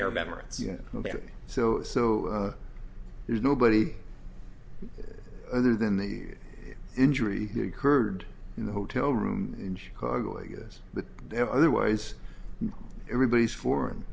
arab emirates ok so so there's nobody other than the injury occurred in the hotel room in chicago i guess but otherwise everybody's for